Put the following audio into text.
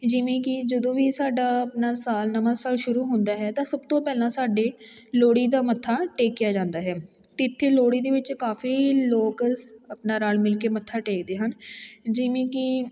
ਜਿਵੇਂ ਕਿ ਜਦੋਂ ਵੀ ਸਾਡਾ ਆਪਣਾ ਸਾਲ ਨਵਾਂ ਸਾਲ ਸ਼ੁਰੂ ਹੁੰਦਾ ਹੈ ਤਾਂ ਸਭ ਤੋਂ ਪਹਿਲਾਂ ਸਾਡੇ ਲੋਹੜੀ ਦਾ ਮੱਥਾ ਟੇਕਿਆ ਜਾਂਦਾ ਹੈ ਅਤੇ ਇੱਥੇ ਲੋਹੜੀ ਦੇ ਵਿੱਚ ਕਾਫੀ ਲੋਕ ਸ ਆਪਣਾ ਰਲ ਮਿਲ ਕੇ ਮੱਥਾ ਟੇਕਦੇ ਹਨ ਜਿਵੇਂ ਕਿ